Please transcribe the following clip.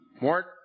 Mort